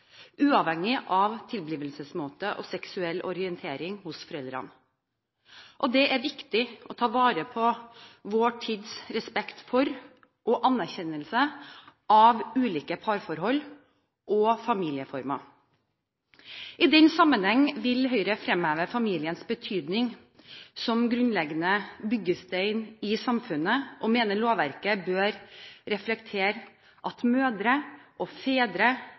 uavhengig av tilblivelsesmåte og seksuell orientering hos foreldrene. Det er viktig å ta vare på vår tids respekt for og anerkjennelse av ulike parforhold og familieformer. I den sammenheng vil Høyre fremheve familiens betydning som grunnleggende byggestein i samfunnet, og vi mener lovverket bør reflektere at mødre og fedre